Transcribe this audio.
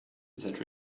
that